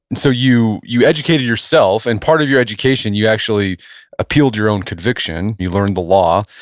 and so you you educated yourself, and part of your education, you actually appealed your own conviction. you learned the law.